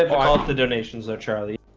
the donations though charlie